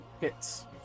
hits